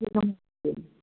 जी हम जी